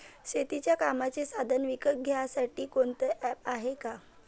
शेतीच्या कामाचे साधनं विकत घ्यासाठी कोनतं ॲप हाये का?